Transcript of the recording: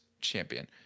champion